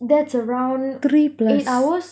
that's that's around eight hours